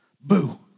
Boo